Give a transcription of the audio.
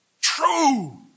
True